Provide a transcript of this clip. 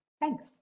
Thanks